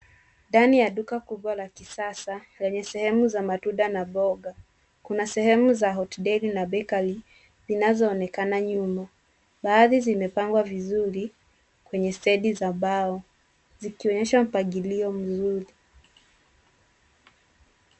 Ndani ya duka kubwa la kisasa lenye sehemu za matunda na mboga kuna sehemu za Hot Deli na bakery zinazonekana nyuma baadhi zimepangwa vizuri kwenye stendi za mbao zikionyesha mpangilio mzuri.